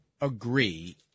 agree